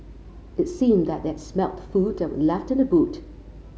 it seemed that they had smelt the food that were left in the boot